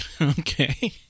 Okay